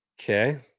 Okay